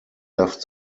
left